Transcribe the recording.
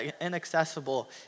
inaccessible